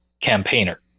campaigner